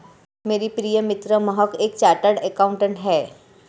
मेरी प्रिय मित्र महक एक चार्टर्ड अकाउंटेंट है